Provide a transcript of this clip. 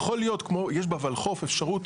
יש בחוק אפשרות,